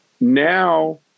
Now